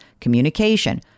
communication